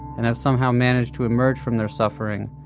and have somehow managed to emerge from their suffering,